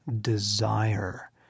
desire